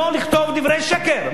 לא לכתוב דברי שקר.